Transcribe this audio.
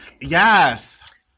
Yes